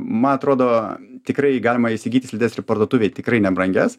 ma trodo tikrai galima įsigyti slides ir parduotuvėj tikrai nebrangias